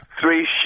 Three